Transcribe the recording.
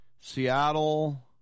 Seattle